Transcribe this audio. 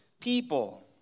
people